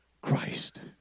Christ